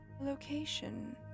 Location